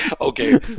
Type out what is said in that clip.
Okay